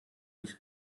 ich